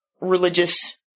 religious